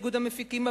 איגוד המפיקים,